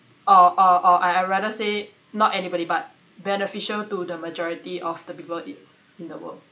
or or or I'd rather say not anybody but beneficial to the majority of the people in in the world